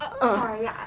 sorry